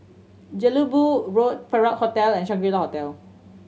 Jelebu Road Perak Hotel and Shangri La Hotel